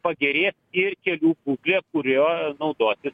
pagerės ir kelių būklė kuriuo naudosis